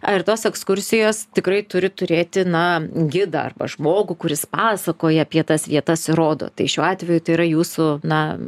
ar ir tos ekskursijos tikrai turi turėti na gidą arba žmogų kuris pasakoja apie tas vietas ir rodo tai šiuo atveju tai yra jūsų na